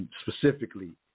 Specifically